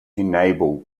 enable